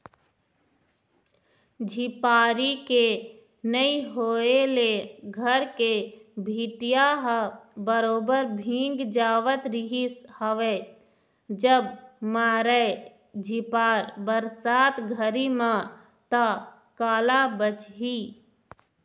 झिपारी के नइ होय ले घर के भीतिया ह बरोबर भींग जावत रिहिस हवय जब मारय झिपार बरसात घरी म ता काला बचही